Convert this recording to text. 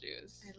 juice